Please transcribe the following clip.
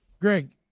Greg